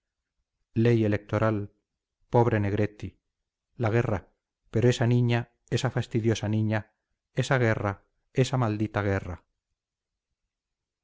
ley electoral pobre negretti la guerra pero esa niña esa fastidiosa niña esa guerra esa maldita guerra